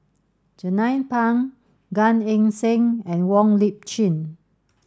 Jernnine Pang Gan Eng Seng and Wong Lip Chin